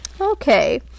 Okay